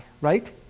right